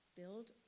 build